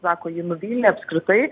sako ji nuvylė apskritai